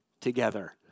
together